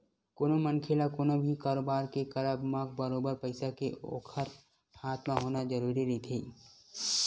कोनो मनखे ल कोनो भी कारोबार के करब म बरोबर पइसा के ओखर हाथ म होना जरुरी रहिथे